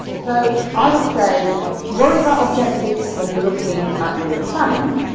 so i would say worry about objectives when you're looking at your planning.